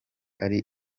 ari